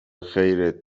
خیرت